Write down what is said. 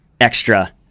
extra